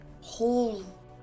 whole